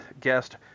guest